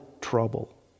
trouble